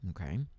Okay